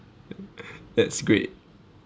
that's great